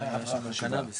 קנביס